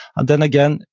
and then again,